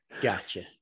Gotcha